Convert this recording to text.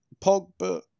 Pogba